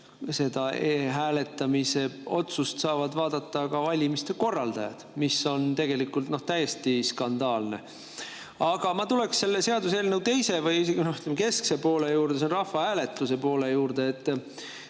seda e‑hääletamise otsust saavad vaadata ka valimiste korraldajad, mis on täiesti skandaalne. Aga ma tulen selle seaduseelnõu teise või isegi keskse poole juurde, see on rahvahääletuse pool. Oma